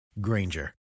Granger